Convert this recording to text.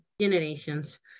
generations